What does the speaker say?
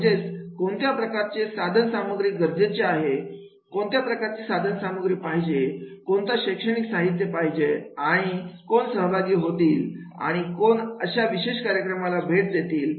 म्हणजेच कोणत्या प्रकारचे साधन सामग्री गरजेचे आहे कोणत्या प्रकारची सामग्री पाहिजे कोणता शैक्षणिक साहित्य पाहिजे आणि कोण सहभागी होतील आणि कोण अशा विशेष कार्यक्रमाला भेट देतील